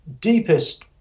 deepest